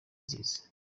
nziza